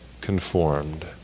conformed